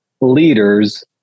leaders